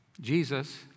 Jesus